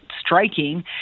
striking